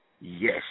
Yes